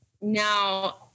now